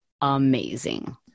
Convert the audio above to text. amazing